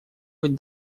быть